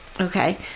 Okay